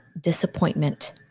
disappointment